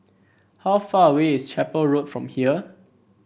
how far away is Chapel Road from here